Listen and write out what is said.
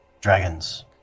Dragons